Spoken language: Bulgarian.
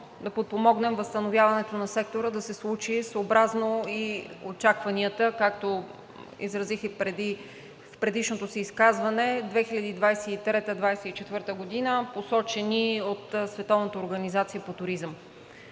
да подпомогнем възстановяването на сектора да се случи съобразно очакванията, както изразих и в предишното си изказване – 2023 – 2024 г., посочени от